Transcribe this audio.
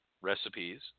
recipes